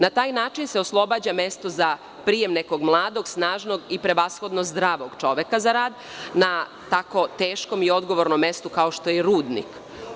Na taj način se oslobađa mesto za prijem nekog mladog, snažnog i prevashodno zdravog čoveka za rad na tako teškom i odgovornom mestu kao što je rudnik.